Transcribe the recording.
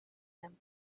him